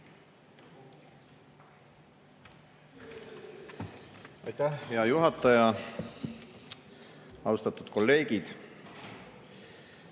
Aitäh, hea juhataja! Austatud kolleegid!